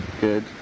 good